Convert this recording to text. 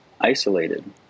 isolated